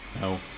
no